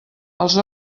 els